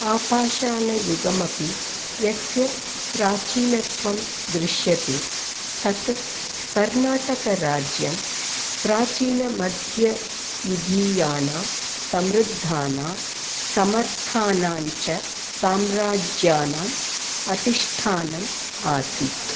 आपाषाणयुगमपि यस्य प्राचीनत्वं दृश्यते तत् कर्नाटकराज्यं प्राचीनमध्ययुगीयानां समृद्धानां समर्थानाञ्च साम्राज्यानाम् अधिष्ठानम् आसीत्